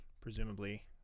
presumably